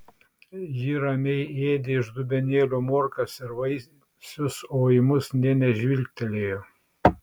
ji ramiai ėdė iš dubenėlio morkas ir vaisius o į mus nė nežvilgtelėjo